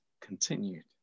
continued